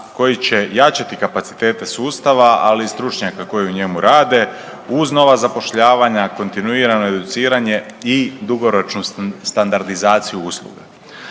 koji će jačati kapacitete sustava, ali i stručnjaka koji u njemu rade uz nova zapošljavanja, kontinuirano educiranje i dugoročnu standardizaciju usluga.